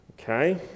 Okay